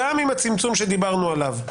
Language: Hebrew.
גם עם הצמצום שדיברנו עליו,